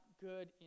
good